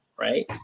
right